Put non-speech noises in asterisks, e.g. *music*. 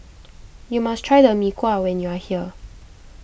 *noise* you must try the Mee Kuah when you are here